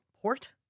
Port